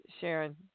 Sharon